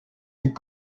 est